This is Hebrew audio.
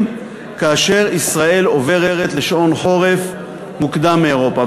כאשר ישראל עוברת לשעון חורף מוקדם מאירופה.